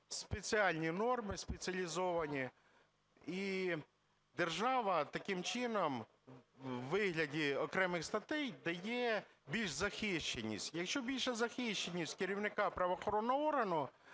спеціальні норми, спеціалізовані, і держава таким чином у вигляді окремих статей дає більшу захищеність. Якщо більша захищеність керівника правоохоронного органу,